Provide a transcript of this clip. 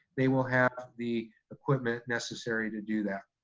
they will have the equipment necessary to do that.